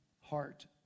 heart